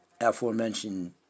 aforementioned